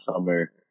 summer